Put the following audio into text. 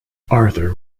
arthur